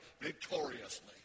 victoriously